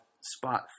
spot